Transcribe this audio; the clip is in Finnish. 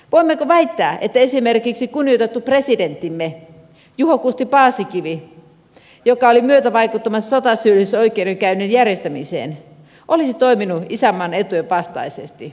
voimmeko väittää että esimerkiksi kunnioitettu presidenttimme juho kusti paasikivi joka oli myötävaikuttamassa sotasyyllisyysoikeudenkäynnin järjestämiseen olisi toiminut isänmaan etujen vastaisesti